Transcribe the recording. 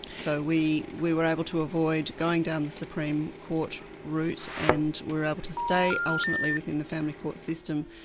so we we were able to avoid going down the supreme court route and were able to stay ultimately within the family court system,